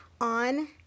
On